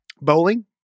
Bowling